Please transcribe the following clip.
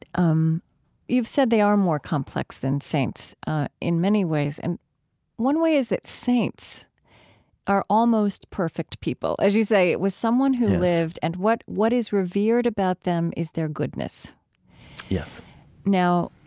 um you've said they are more complex than saints in many ways. and one way is that saints are almost perfect people. as you say, it was someone who lived, yes, and what, what is revered about them is their goodness yes now,